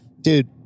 Dude